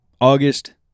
August